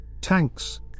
Tanks